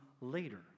later